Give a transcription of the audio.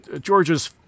George's